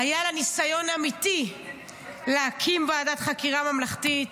היה לה ניסיון אמיתי להקים ועדת חקירה ממלכתית,